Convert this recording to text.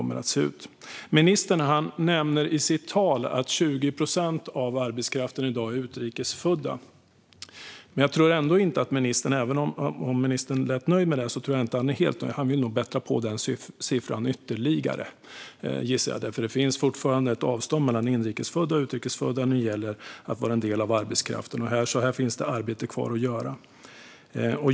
Ministern nämnde i sitt tal att 20 procent av arbetskraften i dag är utrikes födda. Även om ministern lät nöjd med det tror jag inte att han är helt nöjd. Jag gissar att han nog vill bättra på den siffran ytterligare. Det finns fortfarande ett avstånd mellan inrikes och utrikes födda när det gäller att vara en del av arbetskraften. Här finns det alltså arbete kvar att göra.